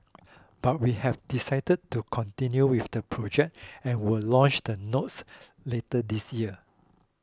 but we have decided to continue with the project and will launch the notes later this year